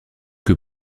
que